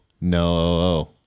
no